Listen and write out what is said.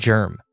Germ